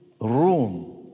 room